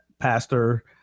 pastor